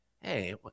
Hey